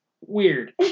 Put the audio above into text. weird